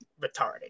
retarded